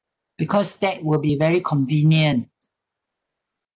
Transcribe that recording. because that will be very convenient